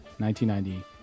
1990